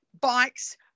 bikes